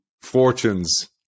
fortunes